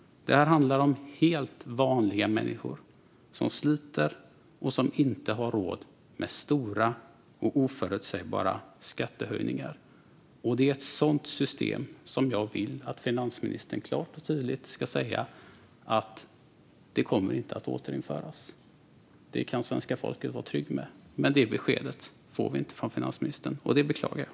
Det här handlar om helt vanliga människor som sliter och som inte har råd med stora och oförutsägbara skattehöjningar. Det är ett sådant system som jag vill att finansministern klart och tydligt ska säga inte kommer att återinföras, och det kan svenska folket vara tryggt med. Detta besked får vi dock inte från finansministern, och det beklagar jag.